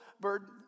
bird